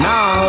Now